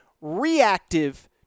reactive